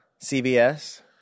CBS